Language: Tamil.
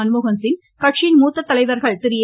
மன்மோகன்சிங் கட்சியின் மூத்த தலைவர்கள் ஏ